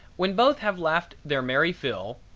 when both have laughed their merry fill,